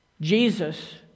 Jesus